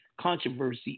controversy